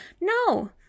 No